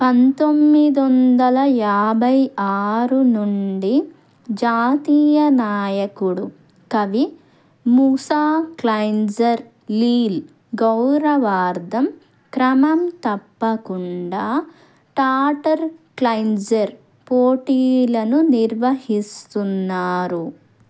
పంతొమ్మిది వందల యాభై ఆరు నుండి జాతీయ నాయకుడు కవి మూసా క్లయింజర్ లీల్ గౌరవార్థం క్రమం తప్పకుండా టాటర్ క్లయింజర్ పోటీలను నిర్వహిస్తున్నారు